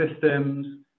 systems